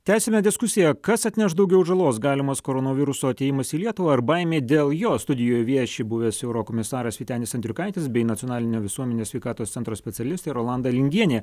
tęsiame diskusiją kas atneš daugiau žalos galimas koronaviruso atėjimas į lietuvą ar baimė dėl jos studijoj vieši buvęs eurokomisaras vytenis andriukaitis bei nacionalinio visuomenės sveikatos centro specialistė rolanda lingienė